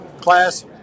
class